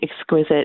exquisite